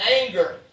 Anger